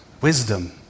wisdom